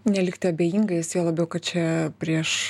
nelikti abejingais juo labiau kad čia prieš